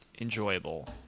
enjoyable